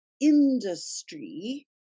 industry